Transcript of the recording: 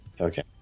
Okay